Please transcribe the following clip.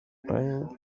playing